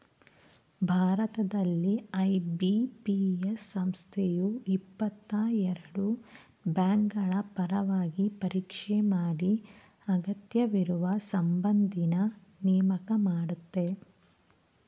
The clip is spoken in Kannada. ಭಾರತದಲ್ಲಿ ಐ.ಬಿ.ಪಿ.ಎಸ್ ಸಂಸ್ಥೆಯು ಇಪ್ಪತ್ತಎರಡು ಬ್ಯಾಂಕ್ಗಳಪರವಾಗಿ ಪರೀಕ್ಷೆ ಮಾಡಿ ಅಗತ್ಯವಿರುವ ಸಿಬ್ಬಂದಿನ್ನ ನೇಮಕ ಮಾಡುತ್ತೆ